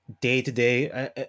day-to-day